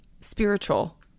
spiritual